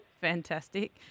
Fantastic